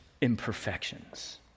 imperfections